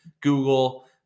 Google